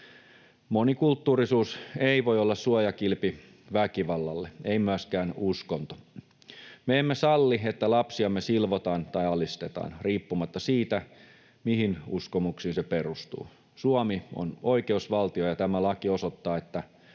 Monikulttuurisuus ei voi olla suojakilpi väkivallalle, ei myöskään uskonto. Me emme salli, että lapsiamme silvotaan tai alistetaan, riippumatta siitä, mihin uskomuksiin se perustuu. Suomi on oikeusvaltio, ja tämä laki osoittaa, että